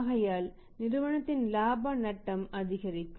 ஆகையால் நிறுவனத்தின் லாப நட்டம் அதிகரிக்கும்